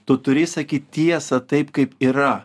tu turi sakyt tiesą taip kaip yra